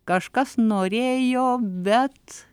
kažkas norėjo bet